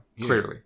Clearly